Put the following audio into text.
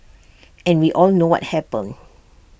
and we all know what happened